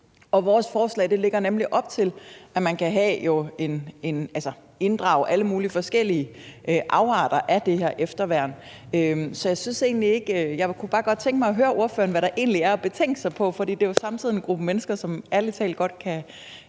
Og vores forslag lægger nemlig op til, at man jo kan inddrage alle mulige forskellige afarter af det her efterværn. Så jeg kunne bare godt tænke mig at høre ordføreren, hvad der egentlig er at betænke sig på, for det er jo samtidig en gruppe mennesker, som ærlig talt godt kan